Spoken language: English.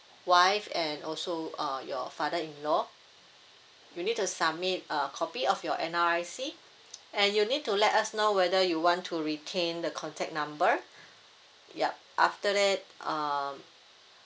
wife and also uh your father-in-law you need to submit a copy of your N_R_I_C and you need to let us know whether you want to retain the contact number yup after that um